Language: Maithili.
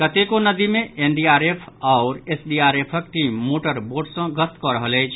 कतेको नदि मे एनडीआरएफ आओर एसडीआरएफक टीम मोटर वोट सँ गश्त कऽ रहल अछि